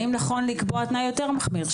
האם נכון לקבוע תנאי יותר מחמיר,